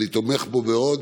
ואני תומך בו מאוד.